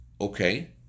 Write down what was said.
Okay